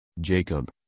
Jacob